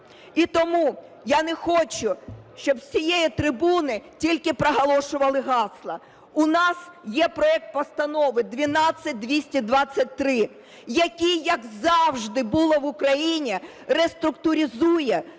І тому я не хочу, щоб з цієї трибуни тільки проголошували гасла. У нас є проект Постанови 12223, який, як завжди було в Україні, реструктуризує